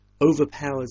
overpowers